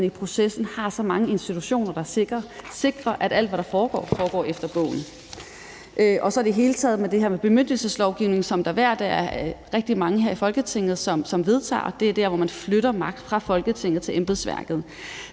i processen har så mange institutioner, der sikrer, at alt, hvad der foregår, foregår efter bogen. Og så er der i det hele taget det her med bemyndigelseslovgivning, som der hver dag er rigtig mange her i Folketinget, som vedtager. Det er der, hvor man flytter magt fra Folketinget til embedsværket.